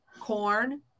corn